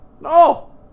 No